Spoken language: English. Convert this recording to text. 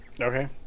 Okay